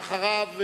אחריו,